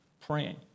praying